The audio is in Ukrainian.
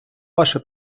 ваше